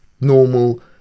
normal